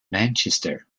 manchester